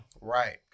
Right